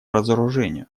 разоружению